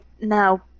no